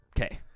okay